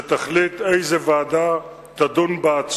שתחליט איזו ועדה תדון בה,